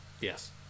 Yes